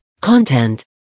content